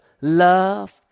Love